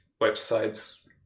websites